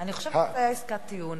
אני חושבת שהיתה עסקת טיעון